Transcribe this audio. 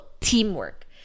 teamwork